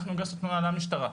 אנחנו הגשנו תלונה למשטרה.